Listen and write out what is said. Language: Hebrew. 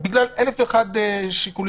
בגלל אלף ואחד שיקולים.